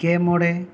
ᱜᱮᱢᱚᱬᱮ